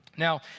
Now